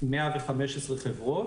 115 חברות,